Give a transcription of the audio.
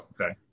okay